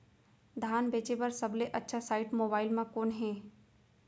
धान बेचे बर सबले अच्छा साइट मोबाइल म कोन हे?